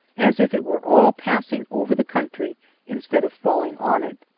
as if it were all passing over the country instead of falling on it.